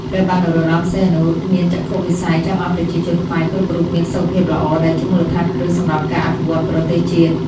ព្រះបាទនរោត្តម សីហនុ មានចក្ខុវិស័យចង់ឱ្យប្រជាជនខ្មែរគ្រប់រូបមានសុខភាពល្អ ដែលជាមូលដ្ឋានគ្រឹះសម្រាប់ការអភិវឌ្ឍប្រទេសជាតិ។